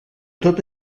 tot